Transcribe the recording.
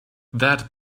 that